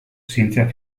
zientzia